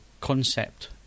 concept